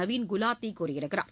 நவீன் குலாத்தி கூறியிருக்கிறார்